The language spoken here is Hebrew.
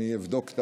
אבדוק את